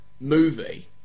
movie